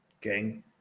gang